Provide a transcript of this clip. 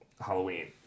halloween